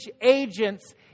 agents